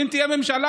אם תהיה ממשלה,